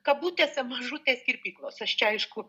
kabutėse mažutės kirpyklos aš čia aišku